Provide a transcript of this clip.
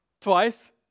twice